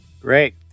Great